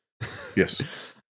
Yes